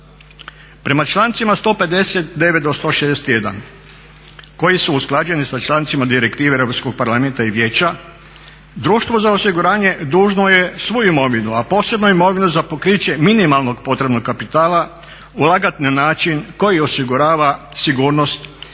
Prema člancima 159. do 161. koji su usklađeni sa člancima Direktive Europskog parlamenta i Vijeća, društvo za osiguranje dužno je svu imovinu, a posebno imovinu za pokriće minimalnog potrebnog kapitala ulagat na način koji osigurava sigurnost,